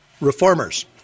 reformers